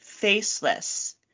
faceless